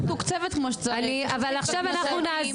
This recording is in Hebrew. -- אבל עכשיו,